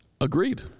Agreed